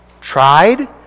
Tried